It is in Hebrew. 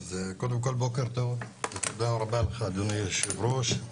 בוקר טוב ותודה רבה לך אדוני היושב ראש.